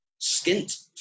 skint